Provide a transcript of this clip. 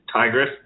Tigress